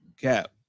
cap